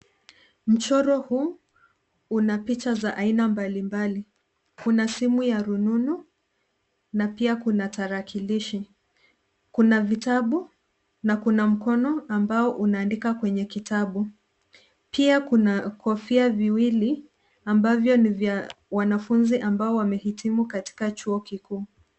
Mchoro huu una picha za aina mbalimbali. Kuna simu ya rununu na pia kuna tarakilishi, kuna vitabu na kuna mkono ambao unaandika kwenye kitabu. Pia kuna kofia viwili ambavyo ni vya wanafunzi ambao wamehitimu katika chuo kikuu.